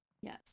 yes